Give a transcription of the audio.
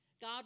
God